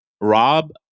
Rob